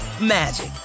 magic